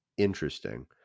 interesting